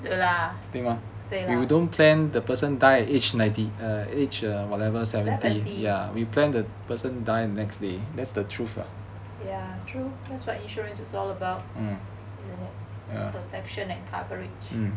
对 lah ya true that's what insurance is all about protection and coverage